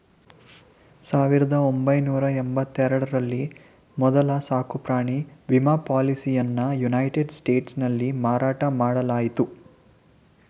ಸಾವಿರದ ಒಂಬೈನೂರ ಎಂಬತ್ತ ಎರಡ ರಲ್ಲಿ ಮೊದ್ಲ ಸಾಕುಪ್ರಾಣಿ ವಿಮಾ ಪಾಲಿಸಿಯನ್ನಯುನೈಟೆಡ್ ಸ್ಟೇಟ್ಸ್ನಲ್ಲಿ ಮಾರಾಟ ಮಾಡಲಾಯಿತು